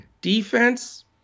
defense